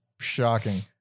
shocking